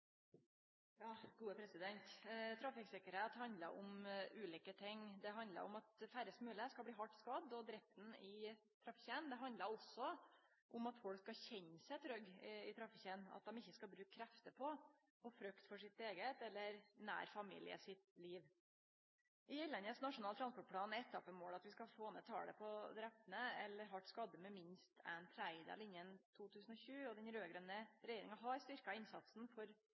Trafikksikkerheit handlar om ulike ting. Det handlar om at færrast mogleg skal bli hardt skadde og drepne i trafikken. Det handlar òg om at folk skal kjenne seg trygge i trafikken – at dei ikkje skal bruke krefter på å frykte for sitt eige eller nær familie sitt liv. I gjeldande Nasjonal transportplan er etappemålet at vi skal få ned talet på drepne eller hardt skadde med minst ein tredel innan 2020. Den raud-grøne regjeringa har styrkt innsatsen for